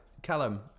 Callum